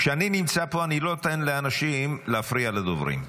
כשאני נמצא פה אני לא אתן לאנשים להפריע לדוברים.